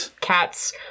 cats